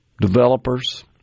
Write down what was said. developers